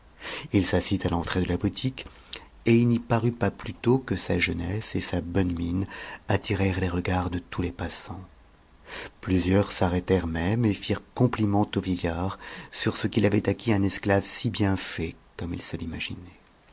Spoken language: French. it s'assit à t'entrée de la boutique et il n'y parut pas plutôt que sa jeunesse et sa bonne mine attirèrent les regards de tous les passants plusieurs s'arrêtèrent même et srent compliment au vieillard sur ce qu'il avait acquis un esclave si bien fait comme ils se l'imaginaient